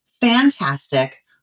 fantastic